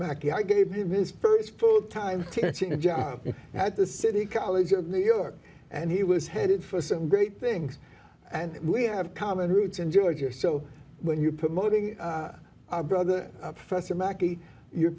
mackey i gave him his st full time job at the city college of new york and he was headed for some great things and we have common roots in georgia so when you're promoting our brother professor mackey you're